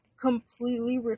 completely